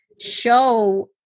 show